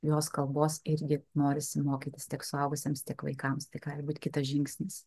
jos kalbos irgi norisi mokytis tiek suaugusiems tiek vaikams tik būti kitas žingsnis